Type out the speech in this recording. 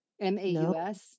M-A-U-S